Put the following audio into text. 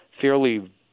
fairly